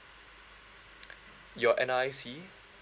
your N_R_I_C